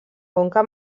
conca